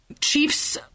chiefs